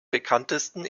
bekanntesten